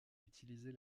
utiliser